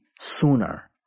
sooner